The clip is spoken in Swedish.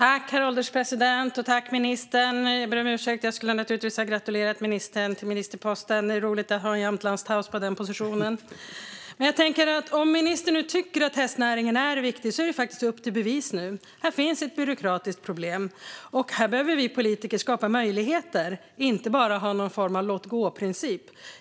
Herr ålderspresident! Jag ber om ursäkt, jag skulle naturligtvis ha gratulerat ministern till ministerposten. Det är roligt att ha en jämtlandstös på den positionen! Om ministern nu tycker att hästnäringen är viktig är det faktiskt upp till bevis nu. Här finns ett byråkratiskt problem, och här behöver vi politiker skapa möjligheter och inte bara ha någon form av låtgåprincip.